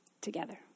together